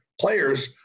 players